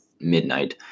midnight